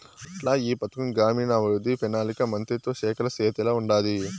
మొదట్ల ఈ పథకం గ్రామీణాభవృద్ధి, పెనాలికా మంత్రిత్వ శాఖల సేతిల ఉండాది